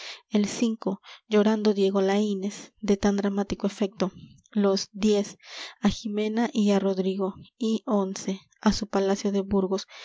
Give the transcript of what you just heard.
el llorando diego laínez de tan dramático efecto los diez a ximena y á rodrigo y once a su palacio de burgos